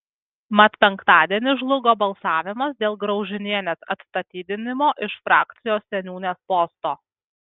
mat penktadienį žlugo balsavimas dėl graužinienės atstatydinimo iš frakcijos seniūnės posto